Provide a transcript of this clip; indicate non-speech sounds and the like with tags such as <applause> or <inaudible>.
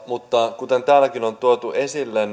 mutta kuten täälläkin on tuotu esille <unintelligible>